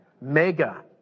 mega